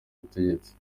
butegetsi